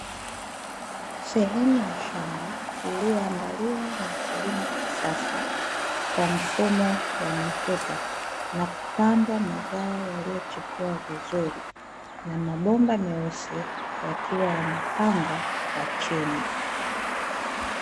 Sehemu ya shamba iliyo andaliwa na kulimwa kisasa kwa mfumo wa matuta, na kupandwa mazao yaliyochipua vizuri na mabomba meusi yakiwa yamepangwa kwa chini.